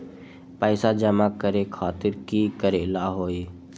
पैसा जमा करे खातीर की करेला होई?